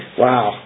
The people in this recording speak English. wow